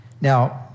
Now